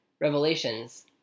revelations